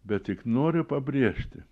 bet tik noriu pabrėžti